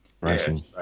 racing